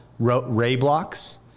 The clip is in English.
Rayblocks